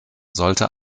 sollte